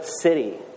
city